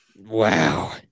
Wow